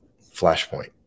Flashpoint